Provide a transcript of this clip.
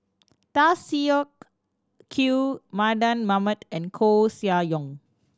Tan Siak Kew Mardan Mamat and Koeh Sia Yong